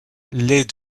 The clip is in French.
les